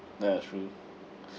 ya that's true